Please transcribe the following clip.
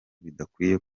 bidakwiye